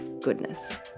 goodness